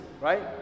right